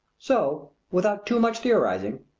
so without too much theorizing,